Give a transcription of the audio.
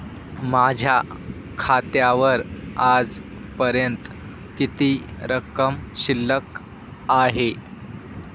माझ्या खात्यावर आजपर्यंत किती रक्कम शिल्लक आहे?